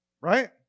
Right